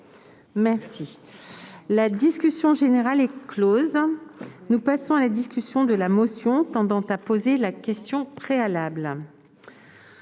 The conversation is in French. faible. La discussion générale est close. Nous passons à la discussion de la motion tendant à opposer la question préalable.